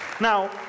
Now